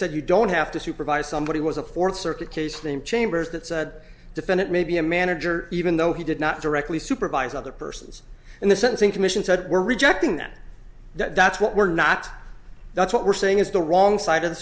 said you don't have to supervise somebody was a fourth circuit case name chambers that said defendant may be a manager even though he did not directly supervise other persons in the sentencing commission said we're rejecting that that's what we're not that's what we're saying is the wrong side of the